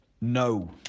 No